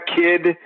kid